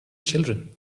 children